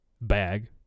bag